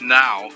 now